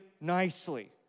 nicely